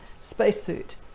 spacesuit